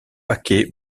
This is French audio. paquet